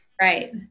Right